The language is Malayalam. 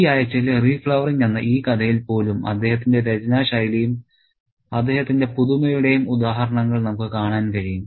ഈ ആഴ്ചയിലെ റീഫ്ലവറിംഗ് എന്ന ഈ കഥയിൽ പോലും അദ്ദേഹത്തിന്റെ രചനാശൈലിയും അദ്ദേഹത്തിന്റെ പുതുമയുടെയും ഉദാഹരണങ്ങൾ നമുക്ക് കാണാൻ കഴിയും